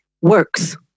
works